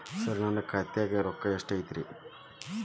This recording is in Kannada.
ಸರ ನನ್ನ ಖಾತ್ಯಾಗ ರೊಕ್ಕ ಎಷ್ಟು ಐತಿರಿ?